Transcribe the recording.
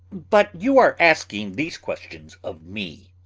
but you are asking these questions of me,